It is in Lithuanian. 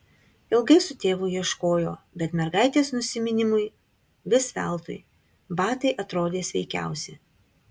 ilgai su tėvu ieškojo bet mergaitės nusiminimui vis veltui batai atrodė sveikiausi